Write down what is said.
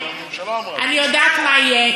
אני יודעת מה יהיה.